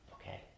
Okay